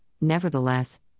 nevertheless